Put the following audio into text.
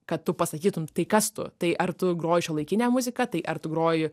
kad tu pasakytum tai kas tu tai ar tu groji šiuolaikinę muziką tai ar tu groji